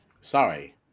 Sorry